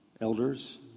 Elders